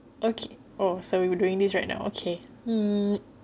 okay oh sorry we're doing this right now okay um